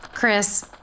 Chris